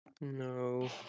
No